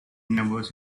numbers